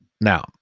now